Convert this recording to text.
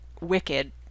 wicked